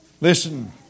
Listen